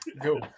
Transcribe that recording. go